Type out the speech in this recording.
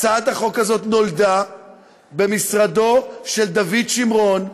הצעת החוק הזאת נולדה במשרדו של דוד שמרון,